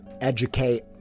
educate